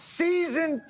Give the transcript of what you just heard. season